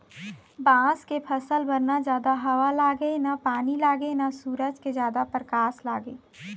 बांस के फसल बर न जादा हवा लागय न पानी लागय न सूरज के जादा परकास लागय